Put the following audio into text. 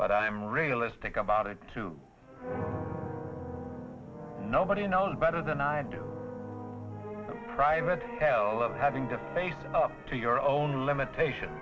but i'm realistic about it too nobody knows better than i do private hell of having to face up to your own limitation